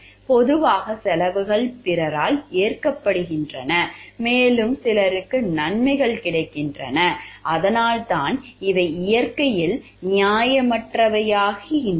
பொதுவாக செலவுகள் பிறரால் ஏற்கப்படுகின்றன மேலும் சிலருக்கு நன்மைகள் கிடைக்கின்றன அதனால்தான் இவை இயற்கையில் நியாயமற்றவையாகின்றன